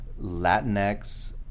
Latinx